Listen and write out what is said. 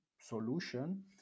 solution